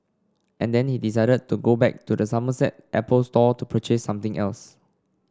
and then he decided to go back to the Somerset Apple Store to purchase something else